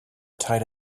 tied